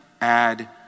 add